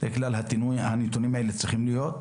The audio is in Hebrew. כלל הנתונים האלה צריכים להיות,